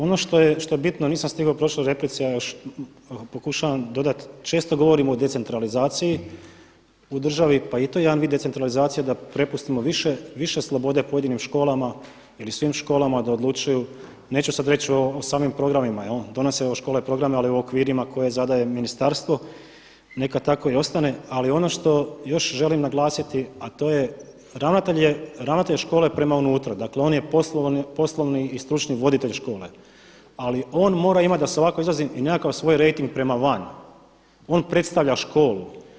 Ono što je bitno a nisam stigao u prošloj replici a pokušavam dodati često govorim o decentralizaciji u državi pa i to je jedan vid decentralizacije da prepustimo više slobode pojedinim školama ili svim školama da odlučuju neću sad reći o samim programima, donose evo škole programe ali u okvirima koje zadaje ministarstvo, neka tako i ostane ali ono što još želim naglasiti a to je ravnatelj škole je prema unutra, dakle on je poslovni i stručni voditelj škole, ali on mora imati da se tako izrazim i nekakav svoj rejting prema van, on predstavlja školu.